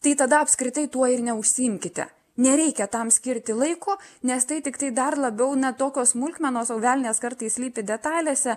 tai tada apskritai tuo ir neužsiimkite nereikia tam skirti laiko nes tai tiktai dar labiau na tokios smulkmenos o velnias kartais slypi detalėse